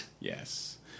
Yes